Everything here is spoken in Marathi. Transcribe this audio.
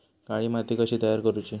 काळी माती कशी तयार करूची?